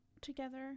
together